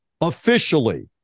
officially